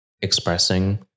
expressing